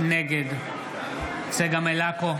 נגד צגה מלקו,